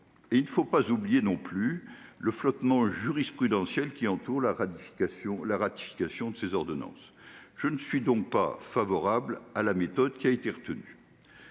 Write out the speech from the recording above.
Et il ne faut pas oublier le flottement jurisprudentiel qui entoure la ratification de ces ordonnances. Je ne suis donc pas favorable à la méthode qui a été retenue.